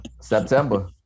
September